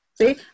See